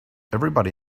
everybody